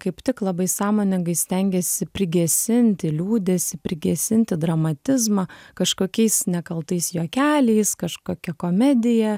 kaip tik labai sąmoningai stengiasi prigesinti liūdesį prigesinti dramatizmą kažkokiais nekaltais juokeliais kažkokia komedija